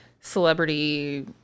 celebrity